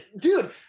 Dude